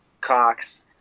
Cox